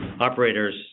operators